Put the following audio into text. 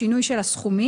השינוי של הסכומים,